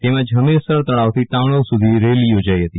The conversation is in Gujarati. તેમજ હમીસર તળાવથી ટાઉનહોલ સુધી રેલી યોજાઈ હતી